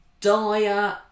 Dyer